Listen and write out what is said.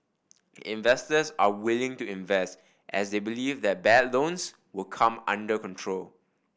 investors are willing to invest as they believe that bad loans will come under control